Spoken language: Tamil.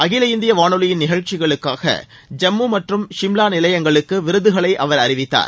அகில இந்திய வானொலியின் நிகழ்ச்சிகளுக்காக ஜம்மு மற்றும் சிம்லா நிலையங்களுக்கு விருதுகளை அவர் அறிவித்தார்